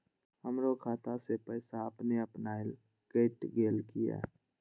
हमरो खाता से पैसा अपने अपनायल केट गेल किया?